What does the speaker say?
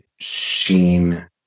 seen